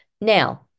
Now